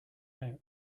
out